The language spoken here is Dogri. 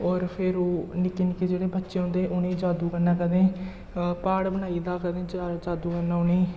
और फिर ओह् निक्के निक्के जेह्ड़े बच्चे होंदे उ'नें गी जादू कन्नै कदें प्हाड़ बनाई दिंदा कदें जादू कन्नै उ'नें गी